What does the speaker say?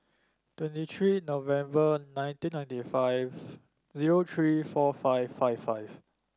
twenty three November nineteen ninety five zero three four five five five